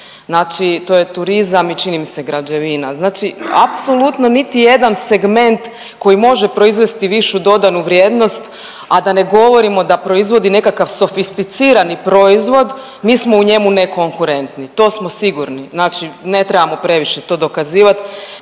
znači to je turizam i čini mi se građevina. Znači apsolutno niti jedan segment koji može proizvesti višu dodanu vrijednost, a da ne govorimo da proizvodi nekakav sofisticirani proizvod mi smo u njemu nekonkurentni. To smo sigurni, znači ne trebamo previše to dokazivat,